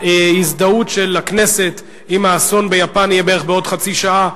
ההזדהות של הכנסת עם האסון ביפן תהיה בערך בעוד חצי שעה,